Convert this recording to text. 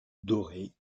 dorés